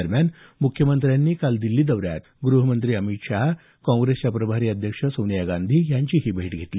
दरम्यान मुख्यमंत्र्यांनी काल दिल्ली दौऱ्यात गृहमंत्री अमित शहा काँग्रेसच्या प्रभारी अध्यक्ष सोनिया गांधी यांचीही भेट घेतली